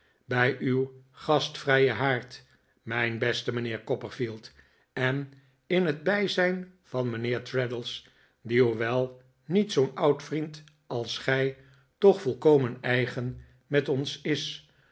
bij uw gastvrijen haard mijn beste mijnheer copperfield en in het bijzijn van mijnheer traddles die hoewel niet zoo'n oud vriend als gij toch volkomen eigen met ons is